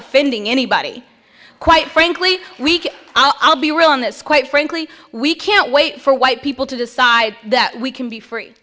offending anybody quite frankly we can i'll be real in this quite frankly we can't wait for white people to decide that we can be free